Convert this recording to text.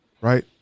right